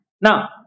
now